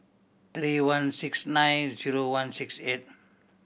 three one six nine zero one six eight